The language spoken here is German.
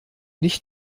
nicht